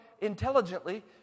intelligently